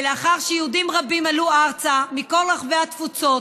ולאחר שיהודים רבים עלו ארצה מכל רחבי התפוצות,